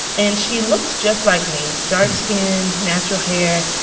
and she looked just like me dark-skinned, natural hair,